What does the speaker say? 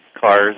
cars